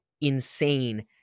insane